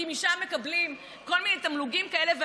כי משם מקבלים כל מיני תמלוגים כאלה ואחרים,